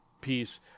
piece